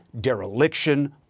dereliction